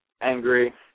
angry